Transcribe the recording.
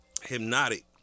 Hypnotic